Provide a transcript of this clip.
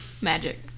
magic